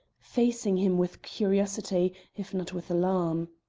facing him with curiosity, if not with alarm.